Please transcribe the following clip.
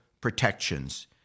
protections